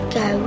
go